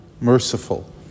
merciful